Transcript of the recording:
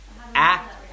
act